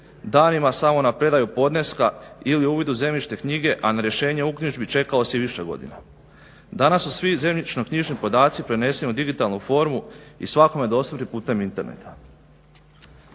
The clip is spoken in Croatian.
danima samo na predaju podneska ili uvid u zemljišne knjige, a na rješenje uknjižbi čekalo se i više godina. Danas su svi zemljišno-knjižni podaci preneseni u digitalno formu i svakome dostupni putem interneta.